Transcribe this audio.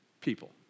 People